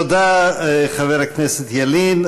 תודה, חבר הכנסת ילין.